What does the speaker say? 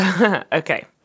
Okay